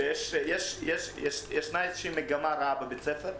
כי יש איזו מגמה רעה בבית הספר.